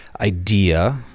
idea